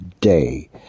day